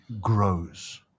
grows